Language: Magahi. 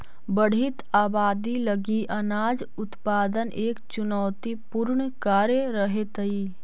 बढ़ित आबादी लगी अनाज उत्पादन एक चुनौतीपूर्ण कार्य रहेतइ